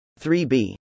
3B